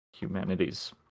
humanities